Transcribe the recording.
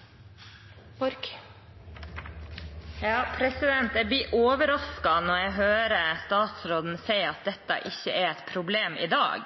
Ja, man kan utøve skjønn, men det er likevel et regelverk som må følges fra kommunenes side, og som fylkesmennene selvfølgelig ser på. Jeg blir overrasket når jeg hører statsråden si at dette ikke er et problem i dag,